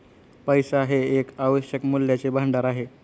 पैसा हे एक आवश्यक मूल्याचे भांडार आहे